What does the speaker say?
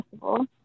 possible